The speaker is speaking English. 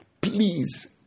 Please